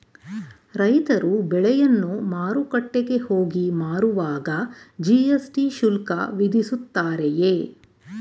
ರೈತರು ಬೆಳೆಯನ್ನು ಮಾರುಕಟ್ಟೆಗೆ ಹೋಗಿ ಮಾರುವಾಗ ಜಿ.ಎಸ್.ಟಿ ಶುಲ್ಕ ವಿಧಿಸುತ್ತಾರೆಯೇ?